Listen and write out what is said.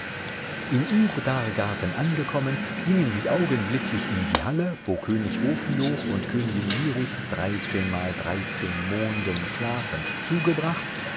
in urdargarten angekommen gingen sie augenblicklich in die halle wo könig ophioch und königin liris dreizehnmal dreizehn monden schlafend zugebracht